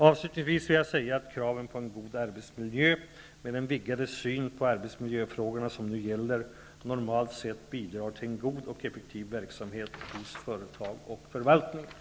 Avslutningsvis vill jag säga att kraven på en god arbetsmiljö, med den vidgade syn på arbetsmiljöfrågorna som nu gäller, normalt sett bidrar till en god och effektiv verksamhet hos företag och förvaltningar.